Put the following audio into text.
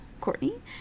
Courtney